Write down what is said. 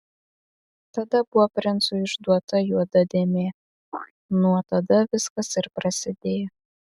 tada buvo princui išduota juoda dėmė nuo tada viskas ir prasidėjo